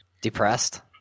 Depressed